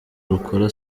rukora